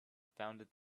confounded